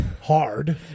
hard